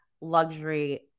luxury